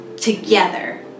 together